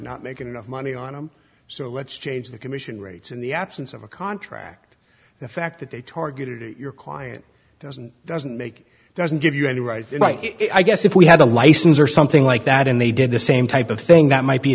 not making enough money on them so let's change the commission rates in the absence of a contract the fact that they targeted your client doesn't doesn't make doesn't give you any right to write it i guess if we had a license or something like that and they did the same type of thing that might be a